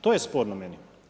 To je sporno meni.